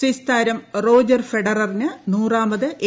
Swiss താരം Roger ഫെഡററിന് നൂറാമത് എ